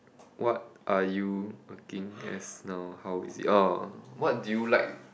what are you working as now how is it oh what do you like